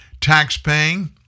tax-paying